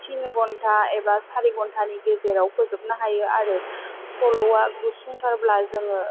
थिन घन्टा एबा चारि घन्टानि गेजेराव फोजोबनो हायो आरो सल'या गुसुं थारब्ला जोङो